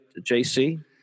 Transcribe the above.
JC